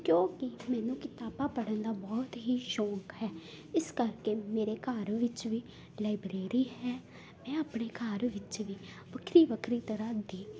ਕਿਉਂਕਿ ਮੈਨੂੰ ਕਿਤਾਬਾਂ ਪੜ੍ਹਨ ਦਾ ਬਹੁਤ ਹੀ ਸ਼ੌਕ ਹੈ ਇਸ ਕਰਕੇ ਮੇਰੇ ਘਰ ਵਿੱਚ ਵੀ ਲਾਈਬ੍ਰੇਰੀ ਹੈ ਮੈਂ ਆਪਣੇ ਘਰ ਵਿੱਚ ਵੀ ਵੱਖਰੀ ਵੱਖਰੀ ਤਰ੍ਹਾਂ ਦੀ